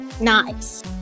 Nice